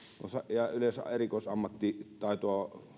ja erikoisammattitaitoa